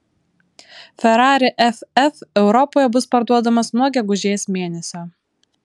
ferrari ff europoje bus parduodamas nuo gegužės mėnesio